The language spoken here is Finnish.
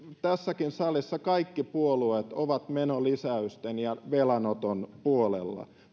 tässäkin salissa kaikki puolueet ovat menolisäysten ja velanoton puolella